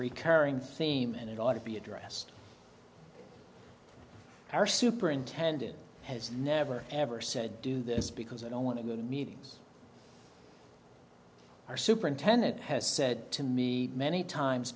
recurring theme and it ought to be addressed our superintendent has never ever said do this because i don't want to go to meetings our superintendent has said to me many times